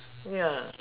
ya